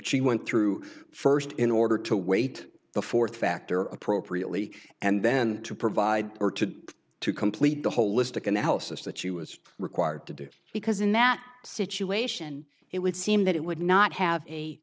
she went through first in order to weight the fourth factor appropriately and then to provide or to to complete the holistic analysis that she was required to do because in that situation it would seem that it would not have a